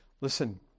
Listen